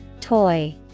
Toy